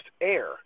air